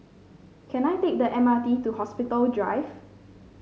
can I take the M R T to Hospital Drive